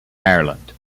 ireland